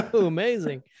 amazing